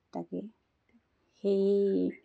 তাকেই সেই